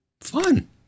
fun